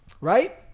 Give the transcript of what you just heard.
Right